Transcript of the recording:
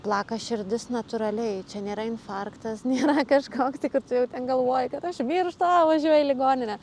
plaka širdis natūraliai čia nėra infarktas nėra kažkoks tai kad tu jau ten galvoji kad aš mirštu a važiuoju į ligoninę